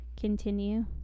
continue